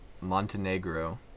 Montenegro